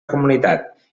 comunitat